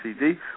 CD